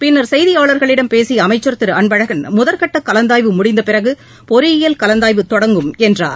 பின்னர் செய்தியாளர்களிடம் பேசிய அமைச்சர் திரு அன்பழகன் முதற்கட்ட கலந்தாய்வு முடிந்தபிறகு பொறியியல் கலந்தாய்வு தொடங்கும் என்றார்